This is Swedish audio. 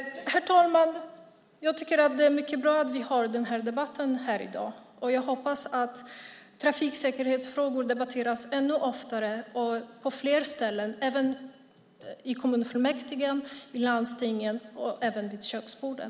Herr talman! Det är bra att vi har denna debatt. Jag hoppas att trafiksäkerhetsfrågor kan debatteras ännu oftare och på fler ställen, i kommunfullmäktige, i landsting och även vid köksborden.